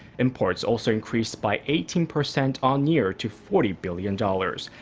imports also increased by eighteen percent on-year to forty billion dollars.